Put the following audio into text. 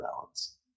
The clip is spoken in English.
balance